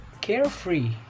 carefree